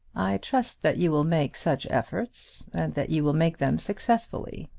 i trust that you will make such efforts, and that you will make them successfully.